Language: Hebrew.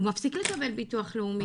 הוא מפסיק לקבל ביטוח לאומי,